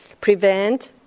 prevent